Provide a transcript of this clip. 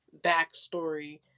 backstory